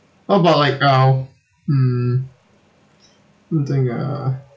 what about like uh mm let me think ah